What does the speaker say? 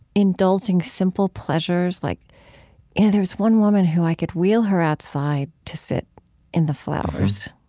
indulging simple pleasures like yeah there was one woman who i could wheel her outside to sit in the flowers,